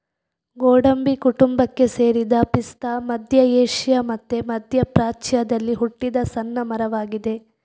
ಗೋಡಂಬಿ ಕುಟುಂಬಕ್ಕೆ ಸೇರಿದ ಪಿಸ್ತಾ ಮಧ್ಯ ಏಷ್ಯಾ ಮತ್ತೆ ಮಧ್ಯ ಪ್ರಾಚ್ಯದಲ್ಲಿ ಹುಟ್ಟಿದ ಸಣ್ಣ ಮರವಾಗಿದೆ